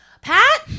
Pat